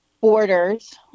Borders